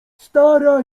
stara